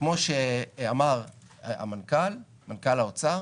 שכמו שאמר מנכ"ל האוצר,